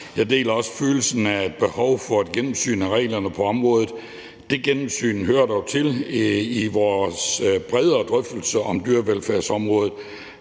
Jeg deler også følelsen af, at der er et behov for et gennemsyn af reglerne på området. Det gennemsyn hører dog til i vores bredere drøftelse om dyrevelfærdsområdet.